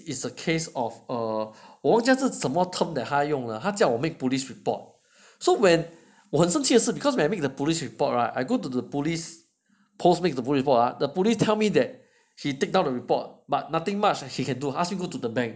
is a case of err 我忘记他什么用的 term 他叫我 make police report so when 我很生气是 because when I made the police report right I go to the police posts make the police report the police tell me that he take down a report but nothing much as he can do ask me to go to the bank